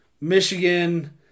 Michigan